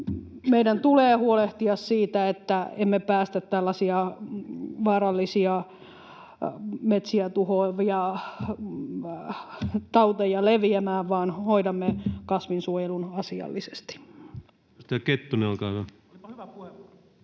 Meidän tulee huolehtia siitä, että emme päästä tällaisia vaarallisia, metsiä tuhoavia tauteja leviämään, vaan hoidamme kasvinsuojelun asiallisesti. [Speech 228] Speaker: